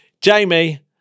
Jamie